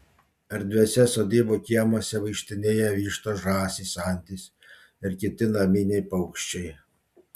erdviuose sodybų kiemuose vaikštinėja vištos žąsys antys ir kiti naminiai paukščiai